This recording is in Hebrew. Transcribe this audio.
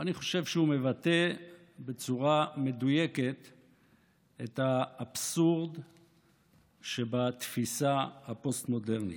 ואני חושב שהוא מבטא בצורה מדויקת את האבסורד שבתפיסה הפוסט-מודרנית.